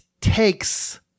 takes